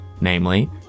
namely